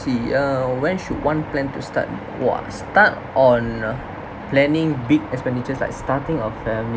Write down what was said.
see uh when should one plan to start what's start on uh planning big expenditures like starting a family